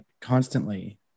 constantly